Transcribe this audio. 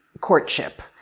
courtship